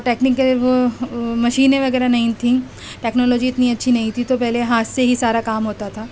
technical وہ مشینیں وغیرہ نہیں تھیں ٹیکنولوجی اتنی اچھی نہیں تھی تو پہلے ہاتھ سے ہی سارا کام ہوتا تھا